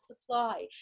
supply